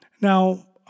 Now